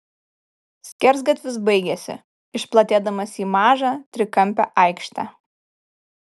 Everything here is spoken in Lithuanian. skersgatvis baigėsi išplatėdamas į mažą trikampę aikštę